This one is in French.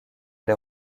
les